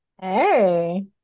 hey